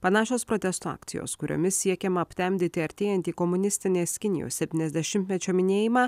panašios protesto akcijos kuriomis siekiama aptemdyti artėjantį komunistinės kinijos septyniasdešimtmečio minėjimą